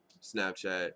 Snapchat